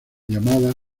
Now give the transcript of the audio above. llamadas